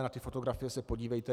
Na ty fotografie se podívejte.